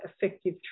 effective